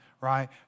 right